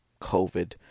COVID